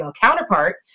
counterpart